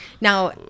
Now